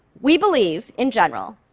we believe, in general,